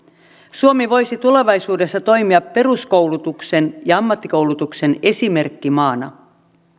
suomi voisi tulevaisuudessa toimia peruskoulutuksen ja ammattikoulutuksen esimerkkimaana